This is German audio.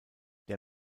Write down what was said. der